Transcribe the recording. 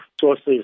sources